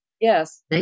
Yes